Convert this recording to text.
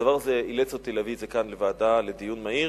הדבר הזה אילץ אותי להביא את זה כאן לוועדה לדיון מהיר,